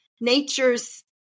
nature's